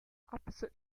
opposite